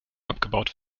abgebaut